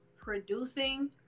producing